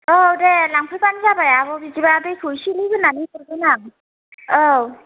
औ दे लांफैब्लानो जाबाय आब' बिदिब्ला दैखौ एसेल' होनानै हरगोन आं औ